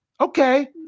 Okay